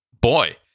Boy